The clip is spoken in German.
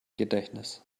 gedächtnis